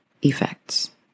effects